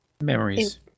Memories